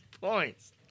points